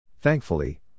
Thankfully